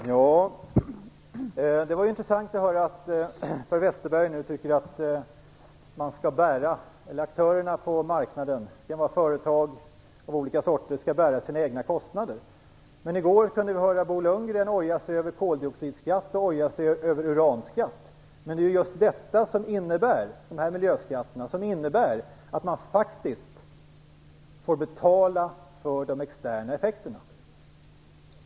Fru talman! Det var intressant att höra att Per Westerberg nu tycker att aktörerna på marknaden - det kan vara företag av olika slag - skall bära sina egna kostnader. Men i går kunde vi höra Bo Lundgren oja sig över koldioxidskatt och uranskatt. Men det är just dessa miljöskatter som innebär att man faktiskt får betala för de externa effekterna.